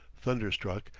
thunderstruck,